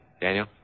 Daniel